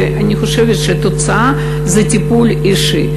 ואני חושבת שהתוצאה היא טיפול אישי.